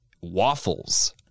waffles